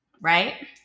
right